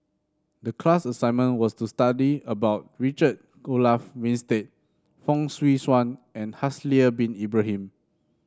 the class assignment was to study about Richard Olaf Winstedt Fong Swee Suan and Haslir Bin Ibrahim